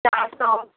चार सौ